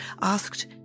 asked